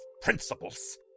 principles